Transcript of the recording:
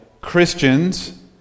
Christians